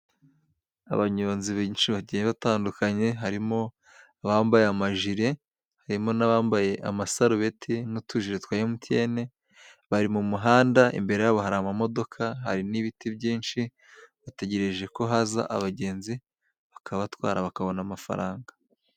Abanyonzi benshi bagiye batandukanye harimo: abambaye amajire, harimo n'abambaye amasarubeti n'utujire twa MTN bari mu muhanda. Imbere yabo harira amamodoka hari n'ibiti byinshi, bategereje ko haza abagenzi bakabatwara bakabona amafaranga.